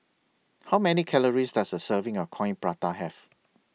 How Many Calories Does A Serving of Coin Prata Have